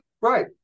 Right